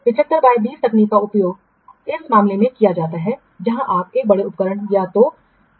75 by 20 तकनीक का उपयोग इस मामले में किया जाता है जहां आप एक बड़े उपकरण या तो खरीदना चाहते हैं